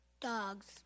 Dogs